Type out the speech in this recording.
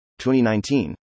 2019